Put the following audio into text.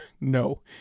No